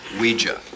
Ouija